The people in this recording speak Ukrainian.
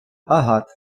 агат